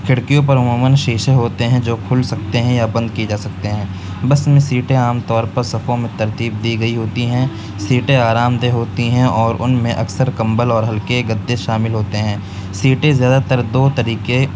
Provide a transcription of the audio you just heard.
کھڑکیوں پر عموماً شیشے ہوتے ہیں جو کھل سکتے ہیں یا بند کیے جا سکتے ہیں بس میں سیٹیں عام طور پر صفوں میں ترتیب دی گئی ہوتی ہیں سیٹیں آرام دہ ہوتی ہیں اور ان میں اکثر کمبل اور ہلکے گدے شامل ہوتے ہیں سیٹیں زیادہ تر دو طریقے